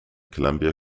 columbia